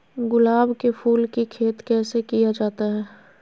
गुलाब के फूल की खेत कैसे किया जाता है?